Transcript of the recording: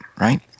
Right